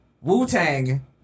Wu-Tang